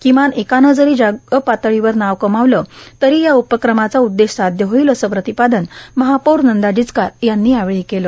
किमान एकाने जरी जगपातळीवर नाव कमावले म्हणजे या उ पक्रमाचा उद्देश साध्य होईल असे प्रतिपादन महापौर नंदा जिचकार यांनी यावेळी केले